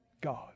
God